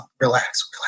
relax